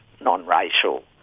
non-racial